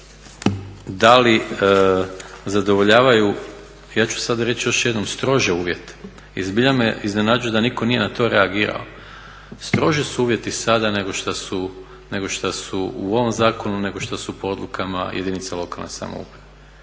da li zadovoljavaju ja ću sada reći još jednom strože uvjete i zbilja me iznenađuje da nitko nije na to reagirao. Stroži su uvjeti sada nego što su u ovom zakonu nego što su po odlukama jedinice lokalne samouprave.